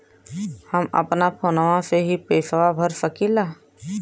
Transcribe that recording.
हम अपना फोनवा से ही पेसवा भर सकी ला?